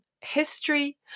history